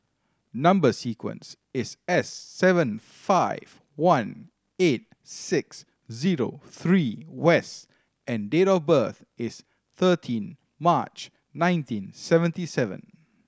number sequence is S seven five one eight six zero three and date of birth is thirteen March nineteen seventy seven